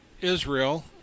Israel